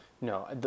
No